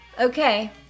Okay